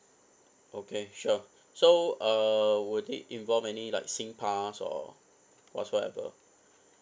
okay sure so uh would it involve any like singpass or whatsoever